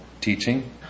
teaching